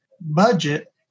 budget